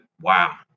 wow